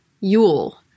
Yule